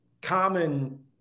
common